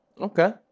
Okay